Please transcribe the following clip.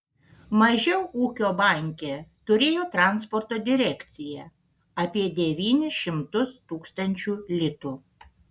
mažiau ūkio banke turėjo transporto direkcija apie devynis šimtus tūkstančių litų